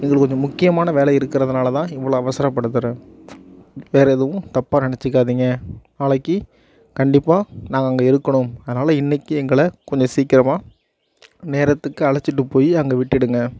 எங்களுக்கு கொஞ்சம் முக்கியமான வேலை இருக்கிறதானால தான் இவ்ளோ அவசரம் படுத்துறேன் வேற எதுவும் தப்பாக நினைச்சிக்காதிங்க நாளைக்கு கண்டிப்பாக நாங்க அங்கே இருக்கணும் அதனால இன்னைக்கு எங்களை கொஞ்சம் சீக்கிரமாக நேரத்துக்கு அழைச்சிட்டு போய் அங்கே விட்டுடுங்க